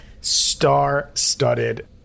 star-studded